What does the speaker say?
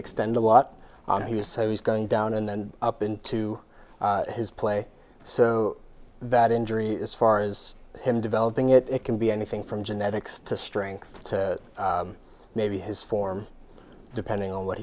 extend a lot and he said he's going down and then up into his play so that injury as far as him developing it it can be anything from genetics to strength to maybe his form depending on what